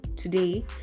today